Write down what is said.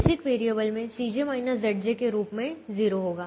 basic variable में के रूप में 0 होगा